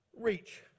reach